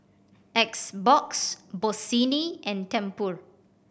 X Box Bossini and Tempur